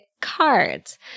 cards